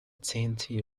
tnt